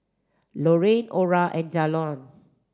Lorrayne Orra and Jalon